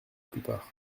plupart